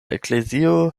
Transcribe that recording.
eklezio